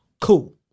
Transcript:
cool